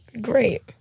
Great